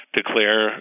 declare